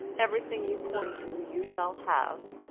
everything you point to you shall have,